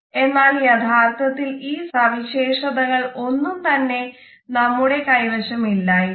എന്നാൽ യഥാർത്ഥത്തിൽ ഈ സവിശേഷതകൾ ഒന്നും തന്നെ നമ്മുടെ കൈവശം ഇല്ലായിരിക്കാം